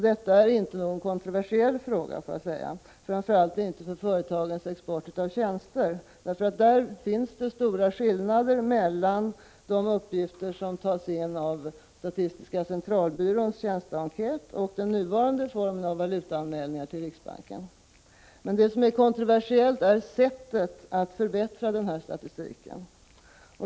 Detta är inte någon kontroversiell fråga, framför allt inte vad gäller företagens export av tjänster, eftersom det där finns stora skillnader mellan de uppgifter som tas in genom SCB:s tjänsteenkät och den nuvarande formen av valutaanmälningar till riksbanken. Det som är kontroversiellt är emellertid sättet att förbättra statistiken.